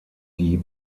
die